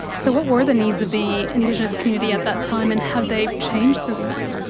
so what were the needs of the indigenous community at that time, and have they changed since then?